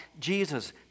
Jesus